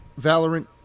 Valorant